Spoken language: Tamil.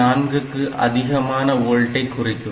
4 க்கு அதிகமான ஒல்டடை குறிக்கும்